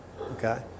Okay